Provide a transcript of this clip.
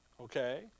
Okay